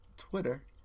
Twitter